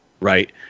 right